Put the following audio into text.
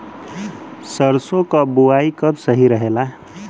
सरसों क बुवाई कब सही रहेला?